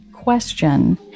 question